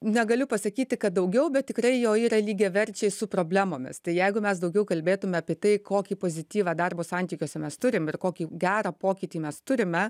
negaliu pasakyti kad daugiau bet tikrai jo yra lygiaverčiai su problemomis tai jeigu mes daugiau kalbėtume apie tai kokį pozityvą darbo santykiuose mes turim ir kokį gerą pokytį mes turime